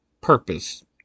purpose